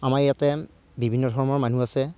আমাৰ ইয়াতে বিভিন্ন ধৰ্মৰ মানুহ আছে